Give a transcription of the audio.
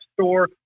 store